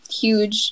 huge